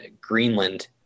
Greenland